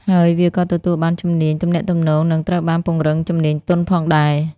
ហើយវាក៏ទទួលបានជំនាញទំនាក់ទំនងនឹងត្រូវបានពង្រឹងជំនាញទន់ផងដែរ។